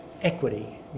equity